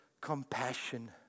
compassion